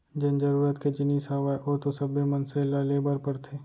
जेन जरुरत के जिनिस हावय ओ तो सब्बे मनसे ल ले बर परथे